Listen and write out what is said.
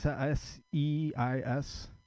S-E-I-S